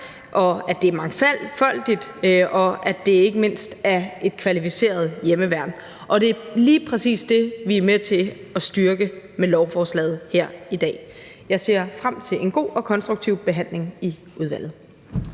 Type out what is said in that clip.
er stærkt, mangfoldigt og ikke mindst et kvalificeret hjemmeværn. Det er lige præcis det, vi er med til at styrke med lovforslaget her i dag. Jeg ser frem til en god og konstruktiv behandling i udvalget.